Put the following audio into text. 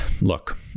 look